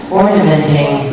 ornamenting